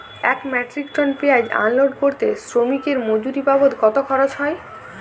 এক metric ton পেঁয়াজ unload করতে শ্রমিকের মজুরি বাবদ কত খরচ হয়?